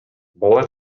бала